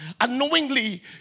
unknowingly